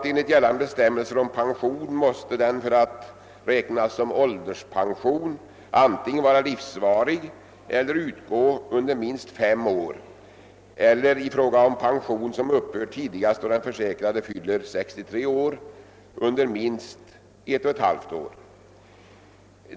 Enligt gällande bestämmelser om pension måste en pension för att räknas som ålderspension antingen vara livsvarig eller utgå under minst fem år eller — i fråga om pension som upphör tidigast när den försäkrade fyller 63 år — under minst ett och ett halvt år.